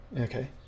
okay